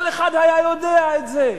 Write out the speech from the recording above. כל אחד היה יודע את זה.